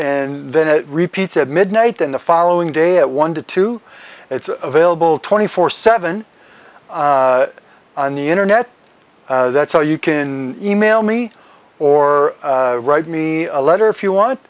and then it repeats at midnight and the following day at one to two it's available twenty four seven on the internet that's all you can email me or write me a letter if you want